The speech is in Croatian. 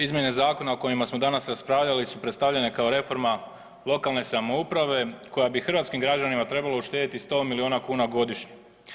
Izmjene zakona o kojima smo danas raspravljali su predstavljeni kao reforma lokalne samouprave koja bi hrvatskim građanima trebala uštedjeti 100 milijuna kuna godišnje.